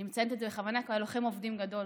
אני מציינת את זה בכוונה כי הוא היה לוחם עובדים גדול,